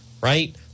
right